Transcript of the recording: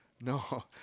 No